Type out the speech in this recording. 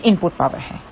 वह input power है